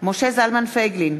משה זלמן פייגלין,